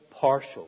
partial